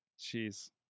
Jeez